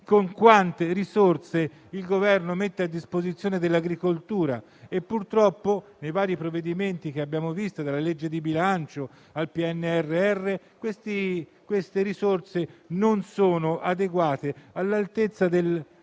con quante risorse il Governo mette a disposizione dell'agricoltura. Purtroppo nei vari provvedimenti che abbiamo visto, dalla legge di bilancio al PNRR, queste risorse non sono adeguate, né all'altezza di questo